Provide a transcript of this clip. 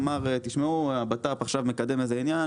אמר 'תשמעו, הבט"פ עכשיו מקדם איזה עניין.